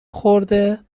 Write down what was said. خورده